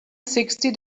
sixty